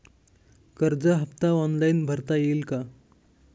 कर्ज हफ्ता ऑनलाईन भरता येईल का?